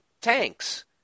tanks